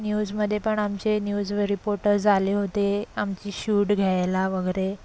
न्यूजमध्ये पण आमचे न्यूज व रिपोर्टरज् आले होते आमची शूड घ्यायला वगैरे